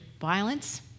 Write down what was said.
violence